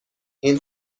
این